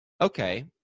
Okay